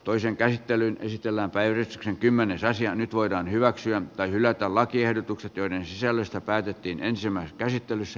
toisen käsittelyn esitellä väyrys kymmenesosia nyt voidaan hyväksyä tai hylätä lakiehdotukset joiden sisällöstä päätettiin ensimmäisessä käsittelyssä